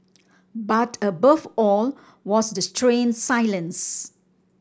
but above all was the strange silence